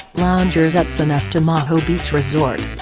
loungers at sonesta maho beach resort.